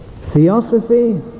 theosophy